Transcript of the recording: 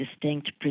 distinct